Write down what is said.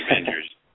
Avengers